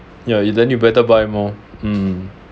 ya you then you better buy more hmm